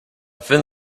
thin